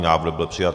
Návrh byl přijat.